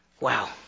Wow